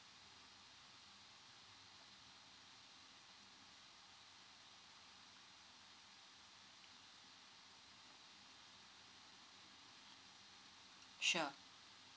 sure